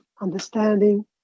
understanding